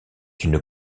une